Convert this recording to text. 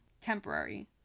temporary